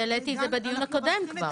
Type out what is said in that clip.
את זה העליתי בדיון הקודם כבר.